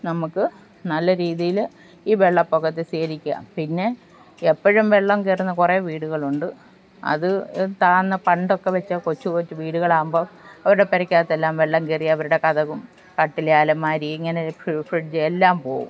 നമുക്കു നല്ല രീതിയിൽ ഈ വെള്ളപൊക്കത്തെ സ്വീകരിക്കുക പിന്നെ എപ്പോഴും വെള്ളം കയറുന്ന കുറെ വീടുകളുണ്ട് അതു തന്നെ പണ്ടൊക്കെ വെച്ചാൽ കൊച്ചു കൊച്ചു വീടുകളാകുമ്പോൾ അവരുടെ പുരയ്ക്കകത്തെല്ലാം വെള്ളം കയറി അവരുടെ കതകും കട്ടിൽ അലമാരി ഇങ്ങനെ ഫി ഫ്രീട്ജ് എല്ലാം പോകും